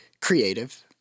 creative